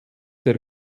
der